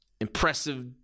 impressive